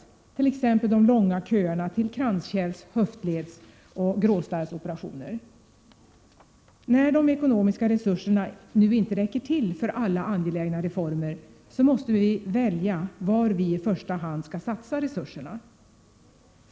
Det gäller t.ex. de långa köerna till kranskärls-, höftledsoch 1CLVHNGL, IaE VI valja Vau vil iVidta Hannu IRan satsa IESuravina pa.